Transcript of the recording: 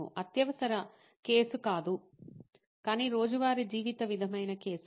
' అత్యవసర కేసు కాదు కానీ రోజువారీ జీవిత విధమైన కేసు